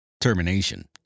Termination